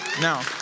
Now